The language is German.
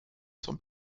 zum